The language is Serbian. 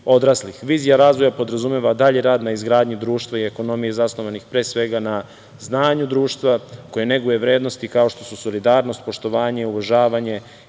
Vizija razvoja podrazumeva dalji rad na izgradnji društva i ekonomije zasnovanih pre svega na znanju društva koje neguje vrednosti kao što su solidarnost, poštovanje, uvažavanje,